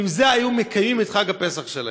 ועם זה היו מקיימים את חג הפסח שלהם.